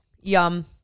Yum